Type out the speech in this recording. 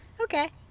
Okay